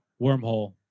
wormhole